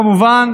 כמובן,